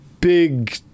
Big